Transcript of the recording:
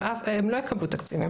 הם לא יקבלו תקציבים.